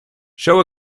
show